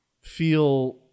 feel